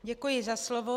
Děkuji za slovo.